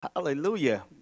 Hallelujah